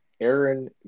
Aaron